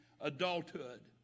adulthood